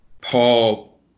Paul